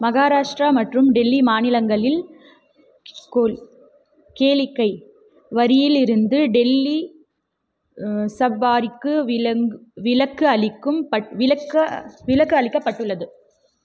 மகாராஷ்டிரா மற்றும் டெல்லி மாநிலங்களில் கோ கேளிக்கை வரியில் இருந்து டெல்லி சஃபாரிக்கு விலக்கு அளிக்கும் விலக்கு அளிக்கப்பட்டுள்ளது